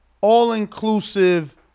all-inclusive